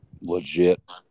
legit